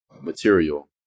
material